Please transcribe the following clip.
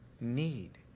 need